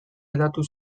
hedatu